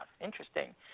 Interesting